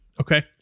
Okay